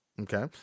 Okay